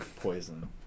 poison